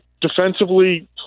defensively